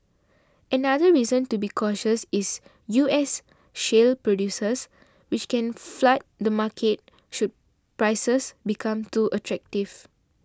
another reason to be cautious is U S shale producers which can flood the market should prices become too attractive